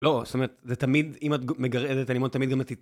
לא, זאת אומרת, זה תמיד, אם את מגרדת, אני מאוד תמיד גם אתחיל